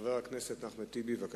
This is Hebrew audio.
חבר הכנסת אחמד טיבי, בבקשה.